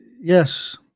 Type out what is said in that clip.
yes